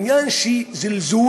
עניין של זלזול,